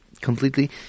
completely –